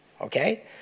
okay